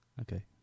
okay